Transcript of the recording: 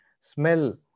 smell